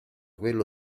quello